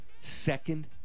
second